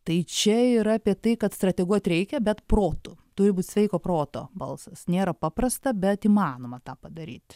tai čia yra apie tai kad strateguot reikia bet protu turi būt sveiko proto balsas nėra paprasta bet įmanoma tą padaryt